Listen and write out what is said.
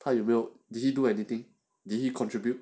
他有没有 did he do anything did he contribute